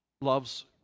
loves